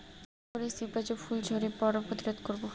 কি করে সীম গাছের ফুল ঝরে পড়া প্রতিরোধ করব?